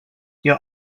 your